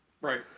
right